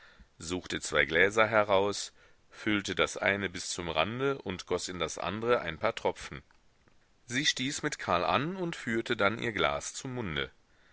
suchte zwei gläser heraus füllte das eine bis zum rande und goß in das andre ein paar tropfen sie stieß mit karl an und führte dann ihr glas zum munde